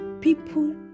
people